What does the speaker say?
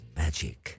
magic